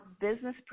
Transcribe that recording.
business